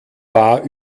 war